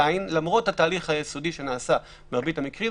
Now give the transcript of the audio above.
למרות התהליך היסודי שנעשה במרבית המקרים,